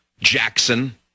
Jackson